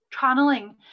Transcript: channeling